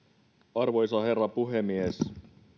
arvoisa herra puhemies